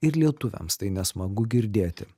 ir lietuviams tai nesmagu girdėti